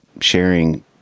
sharing